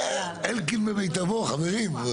זה אלקין במיטבו חברים.